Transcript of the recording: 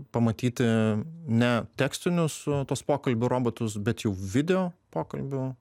pamatyti ne tekstinius tuos pokalbių robotus bet jau video pokalbių